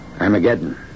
Armageddon